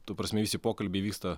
ta prasme visi pokalbiai vyksta